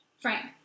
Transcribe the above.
Frank